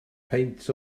peint